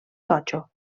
totxo